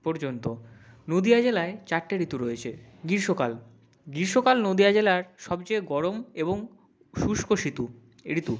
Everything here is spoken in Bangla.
পর্যন্ত নদীয়া জেলায় চারটে ঋতু রয়েচে গীর্ষ্মকাল গীর্ষ্মকাল নদীয়া জেলার সবচেয়ে গরম এবং শুষ্ক শীতু ঋতু